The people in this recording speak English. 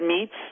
meats